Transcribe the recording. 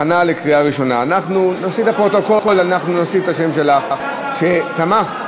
אנחנו נוסיף לפרוטוקול את השם שלך, שתמכת.